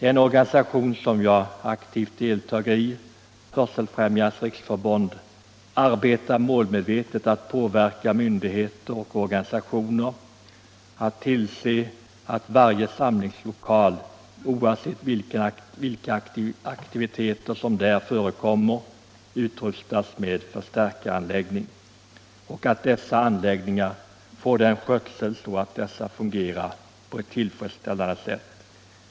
Hörselfrämjandets riksförbund, vars verksamhet jag aktivt deltar i, arbetar målmedvetet på att få myndigheter och organisationer att tillse att varje samlingslokal, oavsett vilka aktiviteter som där förekommer, utrustas med förstärkaranläggning och att dessa anläggningar får sådan skötsel att de fungerar på ett tillfredsställande sätt.